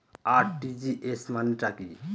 RTGS মানে টা কি?